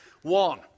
One